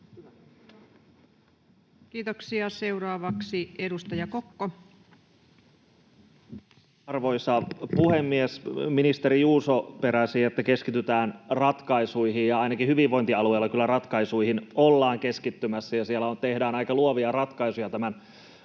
vuodelle 2024 Time: 18:28 Content: Arvoisa puhemies! Ministeri Juuso peräsi, että keskitytään ratkaisuihin, ja ainakin hyvinvointialueilla kyllä ratkaisuihin ollaan keskittymässä ja siellä tehdään aika luovia ratkaisuja tämän alijäämän